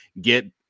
get